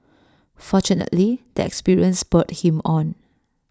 fortunately the experience spurred him on